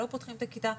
לא פותחים את הכיתה,